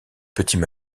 petits